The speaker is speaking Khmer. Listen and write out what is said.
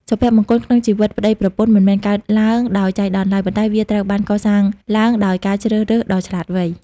សុភមង្គលក្នុងជីវិតប្ដីប្រពន្ធ មិនមែនកើតឡើងដោយចៃដន្យឡើយ ប៉ុន្តែវាត្រូវបានកសាងឡើងដោយការជ្រើសរើសដ៏ឆ្លាតវៃ។